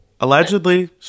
allegedly